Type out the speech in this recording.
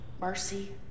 mercy